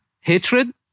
hatred